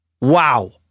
wow